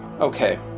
Okay